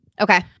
Okay